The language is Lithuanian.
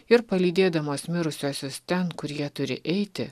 ir palydėdamos mirusiuosius ten kur jie turi eiti